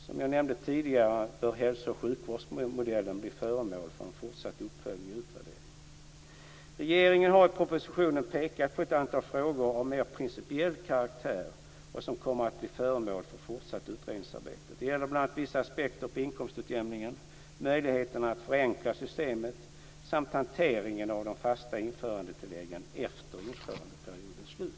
Som jag nämnde tidigare bör hälso och sjukvårdsmodellen bli föremål för en fortsatt uppföljning och utvärdering. Regeringen har i propositionen pekat på ett antal frågor av mer principiell karaktär som kommer att bli föremål för fortsatt utredningsarbete. Det gäller bl.a. vissa aspekter på inkomstutjämningen, möjligheterna att förenkla systemet samt hanteringen av de fasta införandetilläggen efter införandeperiodens slut.